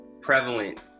prevalent